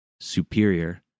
superior